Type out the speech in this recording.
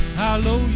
hello